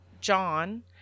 john